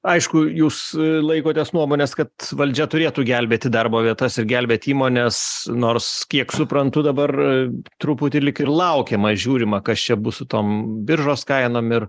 aišku jūs laikotės nuomonės kad valdžia turėtų gelbėti darbo vietas ir gelbėt įmones nors kiek suprantu dabar truputį lyg ir laukiamair žiūrima kas čia bus su tom biržos kainom ir